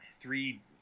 three